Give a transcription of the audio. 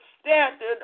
standard